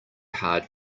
hard